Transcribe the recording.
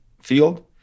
field